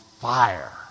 fire